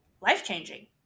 life-changing